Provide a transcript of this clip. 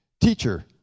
Teacher